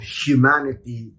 humanity